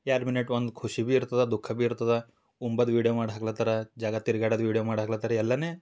ಎರಡು ಮಿನಿಟ್ ಒಂದು ಖುಷಿ ಬಿ ಇರ್ತದ ದುಃಖ ಬಿ ಇರ್ತದ ಉಂಬದ್ ವೀಡಿಯೊ ಮಾಡಿ ಹಾಕ್ಲತರ ಜಾಗ ತಿರ್ಗಾಡೋದು ವೀಡಿಯೊ ಮಾಡಿ ಹಾಕ್ಲತರ ಎಲ್ಲನೇ